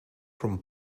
from